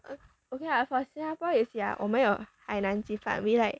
okay lah for Singapore you see ah 我们有海南鸡饭 we like